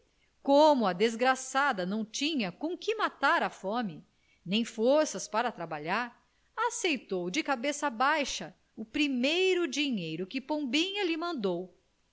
como a desgraçada não tinha com que matar a fome nem forças para trabalhar aceitou de cabeça baixa o primeiro dinheiro que pombinha lhe mandou